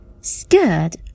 Scared